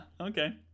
okay